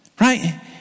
Right